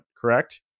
correct